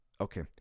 Okay